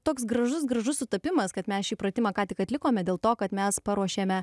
toks gražus gražus sutapimas kad mes šį pratimą ką tik atlikome dėl to kad mes paruošėme